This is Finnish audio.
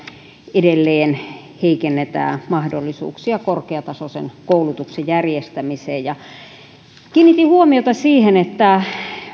edelleen heikennetään mahdollisuuksia korkeatasoisen koulutuksen järjestämiseen kiinnitin huomiota siihen että